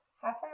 Halfway